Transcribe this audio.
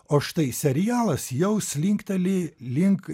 o štai serialas jau slinkteli link